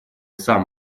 сам